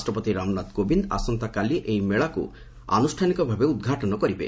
ରାଷ୍ଟ୍ରପତି ରାମନାଥ କୋବିନ୍ଦ ଆସନ୍ତାକାଲି ଏହି ମେଳାକୁ ଆନୁଷାନିକ ଭାବେ ଉଦ୍ଘାଟନ କରିବେ